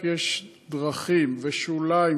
כי יש דרכים ושוליים,